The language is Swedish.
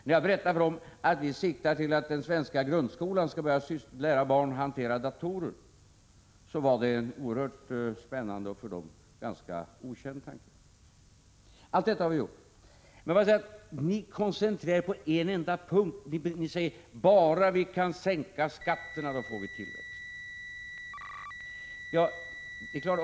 När vi berättat att vi siktar till att den svenska grundskolan skall börja lära barn att hantera datorer, har detta varit en oerhört spännande och ganska okänd tanke. Allt detta har vi gjort. Ni koncentrerar er på en enda punkt. Ni säger att bara vi kan sänka skatterna, så får vi tillväxt.